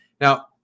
Now